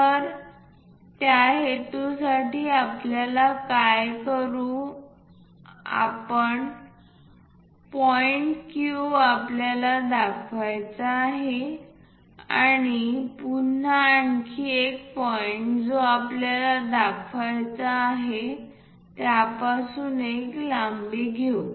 तर त्या हेतूसाठी आपण काय करू आपण पॉईंट Q आपल्याला दाखवायचा आहे आणि पुन्हा आणखी एक पॉईंट जो आपल्याला दाखवायचा आहे त्यापासून एक लांबी घेऊ